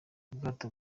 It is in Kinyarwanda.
ubwato